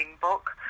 book